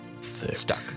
stuck